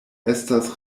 estas